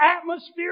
atmosphere